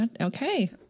Okay